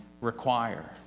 require